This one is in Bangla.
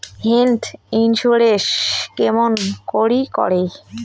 হেল্থ ইন্সুরেন্স কেমন করি করে?